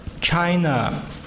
China